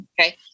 Okay